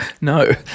No